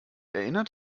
erinnert